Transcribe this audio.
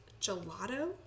gelato